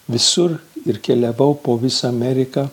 visur ir keliavau po visą ameriką